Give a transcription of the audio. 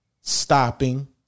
Stopping